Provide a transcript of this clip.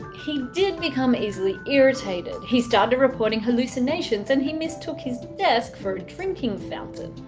he did become easily irritated. he started reporting hallucinations and he mistook his desk for a drinking fountain.